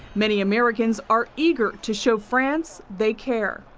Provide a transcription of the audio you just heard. many americans are eager to show france they care.